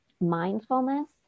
mindfulness